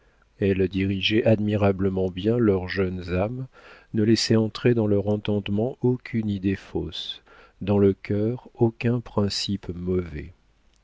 elle dirigeait admirablement bien leurs jeunes âmes ne laissant entrer dans leur entendement aucune idée fausse dans le cœur aucun principe mauvais